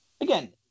again